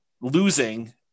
losing